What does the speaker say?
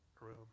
room